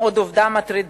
עוד עובדה מטרידה: